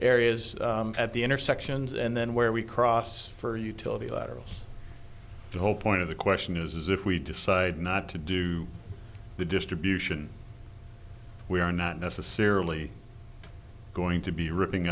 areas at the intersections and then where we cross for utility laterals the whole point of the question is if we decide not to do the distribution we are not necessarily going to be ripping